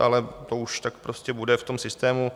Ale to už tak prostě bude v tom systému.